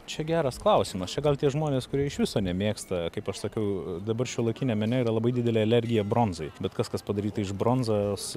čia geras klausimas čia gal tie žmonės kurie iš viso nemėgsta kaip aš sakiau dabar šiuolaikiniam mene yra labai didelė alergija bronzai bet kas kas padaryta iš bronzas